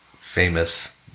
famous